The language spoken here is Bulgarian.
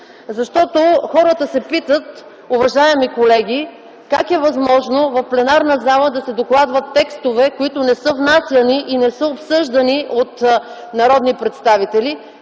защото хората се питат, уважаеми колеги, как е възможно в пленарната зала да се докладват текстове, които не са внасяни и не са обсъждани от народни представители?